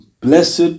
blessed